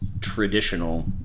traditional